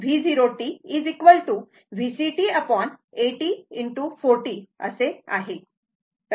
तर VCt V0t VCt 80 ✕ 40 आहे